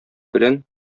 белән